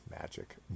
magic